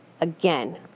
again